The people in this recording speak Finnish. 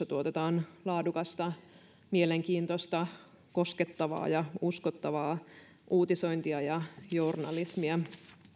tuotetaan laadukasta mielenkiintoista koskettavaa ja uskottavaa uutisointia ja journalismia